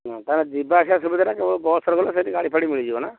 ହଁ ତା'ହେଲେ ଯିବା ଆସିବା ସୁବିଧାଟା କେବଳ ବସ୍ରେ ଗଲେ ସେଟି ଗାଡ଼ି ଫାଡ଼ି ମିଳିଯିବ ନା